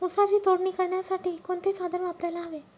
ऊसाची तोडणी करण्यासाठी कोणते साधन वापरायला हवे?